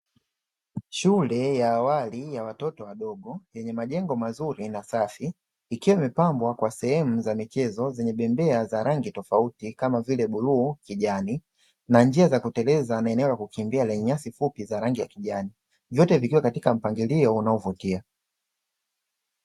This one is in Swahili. Shule ya awali ya watoto wadogo yenye majengo mazuri na safi, ikiwa imepambwa kwa sehemu ya michezo zenye bembea za rangi tofauti kama vile bluu, kijani na njia za kuteleza na eneo la kukimbia lenye nyasi fupi za rangi ya kijani, vyote vikiwa katika mpangilio unaovutia.